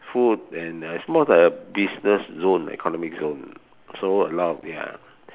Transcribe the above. food and uh it's more like a business zone economic zone so a lot of ya